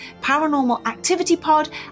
ParanormalActivityPod